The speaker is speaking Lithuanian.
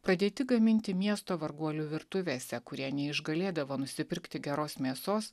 pradėti gaminti miesto varguolių virtuvėse kurie neišgalėdavo nusipirkti geros mėsos